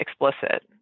explicit